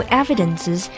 evidences